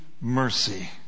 mercy